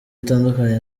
atandukanye